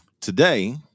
today